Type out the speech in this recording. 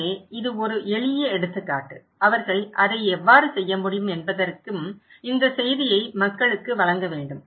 எனவே இது ஒரு எளிய எடுத்துக்காட்டு அவர்கள் அதை எவ்வாறு செய்ய முடியும் என்பதற்கும் இந்த செய்தியை மக்களுக்கு வழங்க வேண்டும்